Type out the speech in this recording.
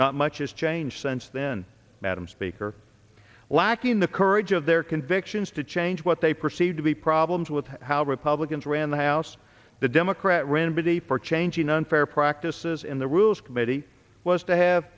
not much has changed since then madam speaker lacking the courage of their convictions to change what they perceive to be problems with how republicans ran the house the democrat ran before changing unfair practices in the rules committee was to have